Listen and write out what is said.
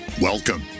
Welcome